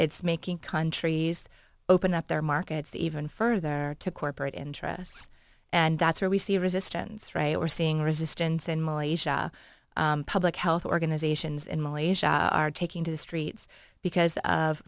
it's making countries open up their markets even further to corporate interests and that's where we see resistance right we're seeing resistance in malaysia public health organizations in malaysia are taking to the streets because of